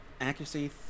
Accuracy